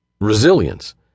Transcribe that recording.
resilience